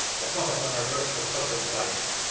a plot upon her virtuous husband's life,